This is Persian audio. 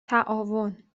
تعاون